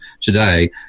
today